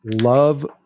love